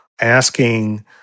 asking